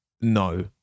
no